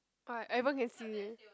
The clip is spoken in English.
what everyone can see you